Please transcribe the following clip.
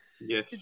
yes